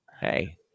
Hey